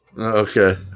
Okay